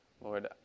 Lord